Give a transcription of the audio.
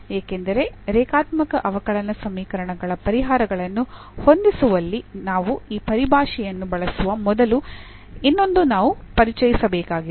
ಏಕೆಂದರೆ ರೇಖಾತ್ಮಕ ಅವಕಲನ ಸಮೀಕರಣಗಳ ಪರಿಹಾರಗಳನ್ನು ಹೊಂದಿಸುವಲ್ಲಿ ನಾವು ಈ ಪರಿಭಾಷೆಯನ್ನು ಬಳಸುವ ಮೊದಲು ಇದನ್ನು ನಾವು ಪರಿಚಯಿಸಬೇಕಾಗಿದೆ